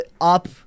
up